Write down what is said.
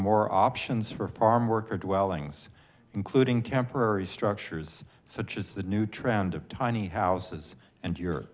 more options for farmworker dwellings including temporary structures such as the new trend of tiny houses and